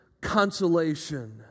consolation